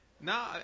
No